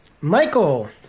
Michael